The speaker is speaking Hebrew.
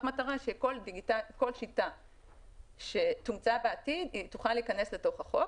מטרה שכל שיטה שתומצא בעתיד תוכל להיכנס לתוך החוק.